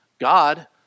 God